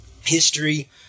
history